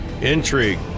intrigue